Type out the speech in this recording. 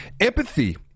Empathy